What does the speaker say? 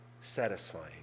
satisfying